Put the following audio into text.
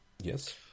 yes